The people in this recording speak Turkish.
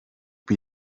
bir